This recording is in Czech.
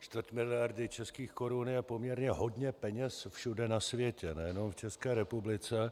Čtvrt miliardy českých korun je poměrně hodně peněz všude na světě, nejenom v České republice.